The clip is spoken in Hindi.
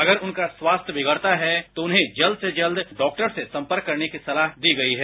अगर उनका स्वास्थ्यबिगड़ता है तो उन्हे जल्द से जल्द डाक्टर से संपर्क करने कीसलाह दी गई है